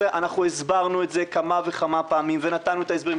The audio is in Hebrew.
ב-2019 אנחנו הסברנו את זה כמה וכמה פעמים ונתנו את ההסברים.